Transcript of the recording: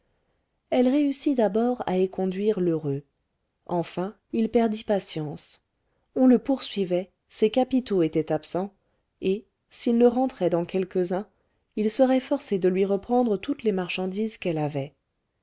elle réussit d'abord à éconduire lheureux enfin il perdit patience on le poursuivait ses capitaux étaient absents et s'il ne rentrait dans quelques-uns il serait forcé de lui reprendre toutes les marchandises qu'elle avait